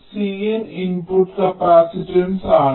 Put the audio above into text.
അതിനാൽ Cin input capacitance ആണ്